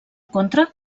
contra